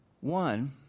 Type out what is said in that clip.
One